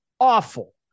Awful